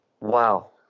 Wow